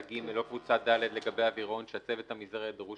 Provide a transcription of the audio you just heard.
ג' או קבוצה ד' לגבי אווירון שהצוות המזערי הדרוש